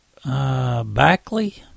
Backley